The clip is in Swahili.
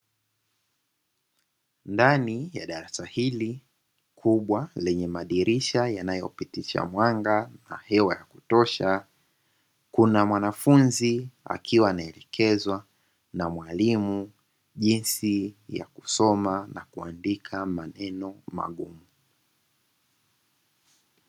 Ndani ya darasa hili kubwa lenye madirisha yanayopitisha mwanga hewa ya kutosha, kuna mwanafunzi akiwa anaelekezwa na mwalimu jinsi ya kusoma na kuandika maneno magumu.